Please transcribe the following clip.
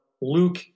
Luke